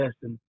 Justin